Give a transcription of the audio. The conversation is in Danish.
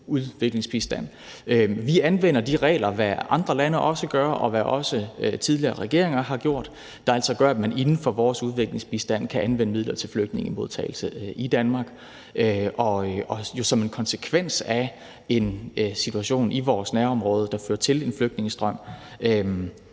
udviklingsbistand. Vi anvender de regler, hvad andre lande også gør, og hvad også tidligere regeringer har gjort, der altså gør, at man inden for vores udviklingsbistand kan anvende midler til flygtningemodtagelse i Danmark. Det er jo som en konsekvens af en situation i vores nærområde, der fører til en flygtningestrøm,